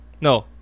No